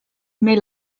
meil